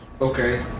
Okay